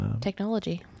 Technology